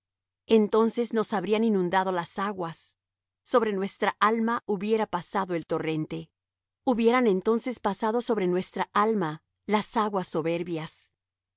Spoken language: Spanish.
entonces nos habrían inundado las aguas sobre nuestra alma hubiera pasado el torrente hubieran entonces pasado sobre nuestra alma las aguas soberbias